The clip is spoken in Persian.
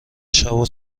شبو